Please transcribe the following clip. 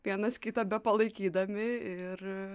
vienas kitą bepalaikydami ir